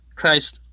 Christ